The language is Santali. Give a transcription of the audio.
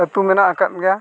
ᱟᱛᱳ ᱢᱮᱱᱟᱜ ᱟᱠᱟᱫ ᱜᱮᱭᱟ